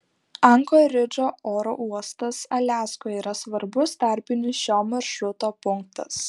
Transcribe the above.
ankoridžo oro uostas aliaskoje yra svarbus tarpinis šio maršruto punktas